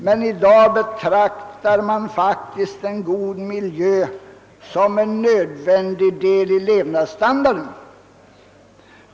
Men i dag betraktar man faktiskt en god miljö som en nödvändig del av levnadsstandarden.